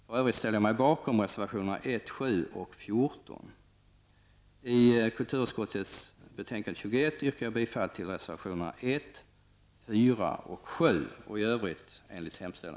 För övrigt ställer jag mig bakom 1, 7 och 14. I kulturutskottets betänkande 21 yrkar jag bifall till reservationerna